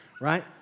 Right